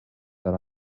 that